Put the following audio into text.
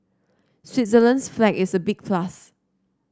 Switzerland's flag is a big plus